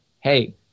hey